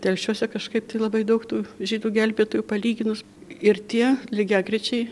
telšiuose kažkaip tai labai daug tų žydų gelbėtojų palyginus ir tie lygiagrečiai